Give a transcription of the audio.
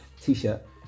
t-shirt